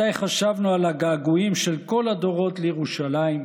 מתי חשבנו על הגעגועים של כל הדורות לירושלים?